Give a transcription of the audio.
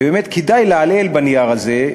ובאמת כדאי לעלעל בנייר הזה,